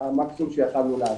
המקסימום שיכולנו לתת.